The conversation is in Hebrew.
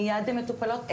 מיד הן מטופלות.